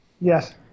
Yes